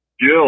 Jill